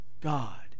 God